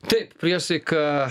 taip priesaika